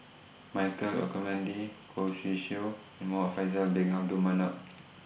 Michael Olcomendy Khoo Swee Chiow and Muhamad Faisal Bin Abdul Manap